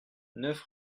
neuf